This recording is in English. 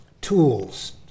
tools